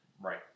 Right